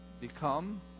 become